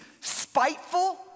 spiteful